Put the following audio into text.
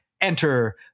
Enter